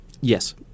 yes